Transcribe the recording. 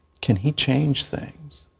can he change things?